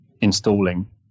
installing